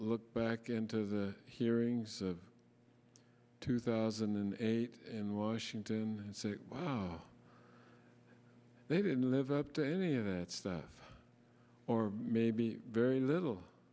look back into the hearings of two thousand and eight in washington and say wow they didn't live up to any of that stuff or maybe very little